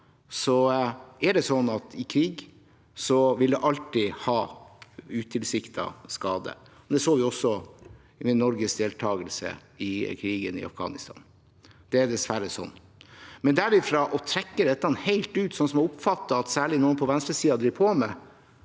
dessverre slik at krig alltid vil gi utilsiktet skade. Det så vi også ved Norges deltakelse i krigen i Afghanistan. Det er dessverre slik, men derifra å trekke dette helt ut, slik jeg oppfatter at særlig noen på venstresiden driver på med,